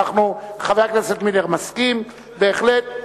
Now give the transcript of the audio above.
חבר הכנסת מילר מסכים בהחלט.